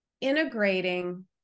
integrating